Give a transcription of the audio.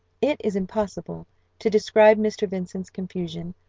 it is impossible to describe mr. vincent's confusion,